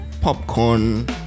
Popcorn